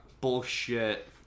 bullshit